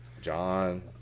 John